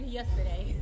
yesterday